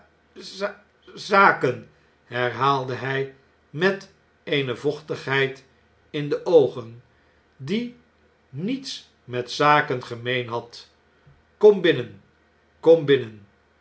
herhaalde hij met eene vochtigheid in de oogen die niets met zaken gemeen had kom binnen kom binnen